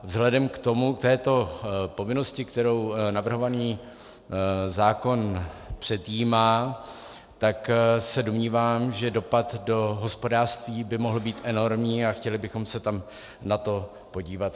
Vzhledem k této povinnosti, kterou navrhovaný zákon předjímá, se domnívám, že dopad do hospodářství by mohl být enormní, a chtěli bychom se tam na to podívat.